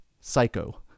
Psycho